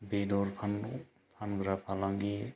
बेदर फानलु फानग्रा फालांगि